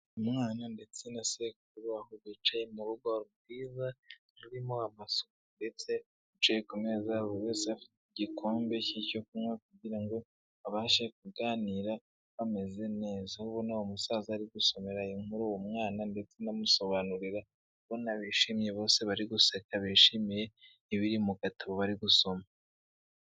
Umwana ndetse na sekuru ubona ko bicaye mu rugo rwiza rurimo amasuku ndetse bicaye ku meza buri wese afite igikombe cy'icyo kunywa kugira ngo babashe kuganira bameze neza, ubona ko umusaza ari gusomera inkuru uwo mwana ndetse anamusobanurira koshimye bose bari guseka bishimiye ibiri mu gatabo bari gusoma